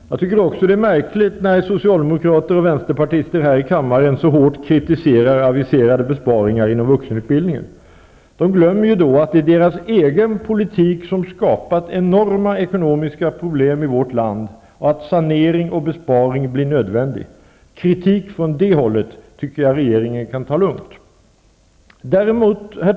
Jag tycker också att det är märkligt när socialdemokrater och vänsterpartister här i kammaren så hårt kritiserar aviserade besparingar inom vuxenutbildningen. De glömmer då att det är deras egen politik som skapat enorma ekonomiska problem i vårt land och att sanering och besparing blir nödvändig. Jag tycker att regeringen kan ta kritik från det hållet lugnt. Herr talman!